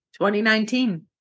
2019